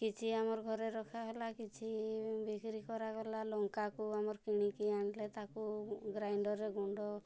କିଛି ଆମର ଘରେ ରଖାହେଲା କିଛି ବିକ୍ରି କରାଗଲା ଲଙ୍କାକୁ ଆମର କିଣିକି ଆଣିଲେ ତାକୁ ଗ୍ରାଇଣ୍ଡର୍ରେ ଗୁଣ୍ଡ